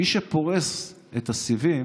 מי שפורס את הסיבים